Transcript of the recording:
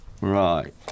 Right